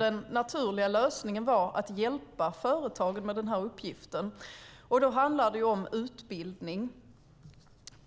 Den naturliga lösningen borde vara att hjälpa företagen med den uppgiften, och då handlar det om utbildning.